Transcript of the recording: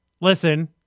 listen